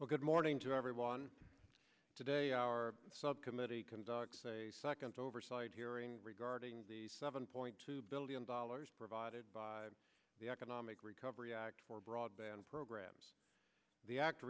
well good morning to everyone today our subcommittee conducts a second oversight hearing regarding the seven point two billion dollars provided by the economic recovery act for broadband programs the act